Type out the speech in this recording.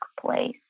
place